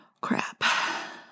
crap